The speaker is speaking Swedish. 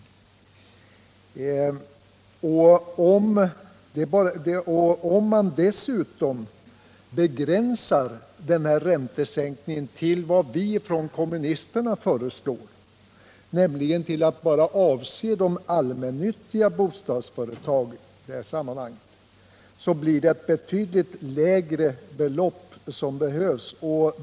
Om man dessutom begränsar räntesänkningen till vad vi kommunister föreslår, nämligen till att bara avse de allmännyttiga bostadsföretagen, behövs ett betydligt lägre belopp.